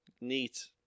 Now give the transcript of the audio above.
Neat